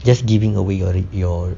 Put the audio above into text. just giving away your your